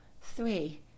three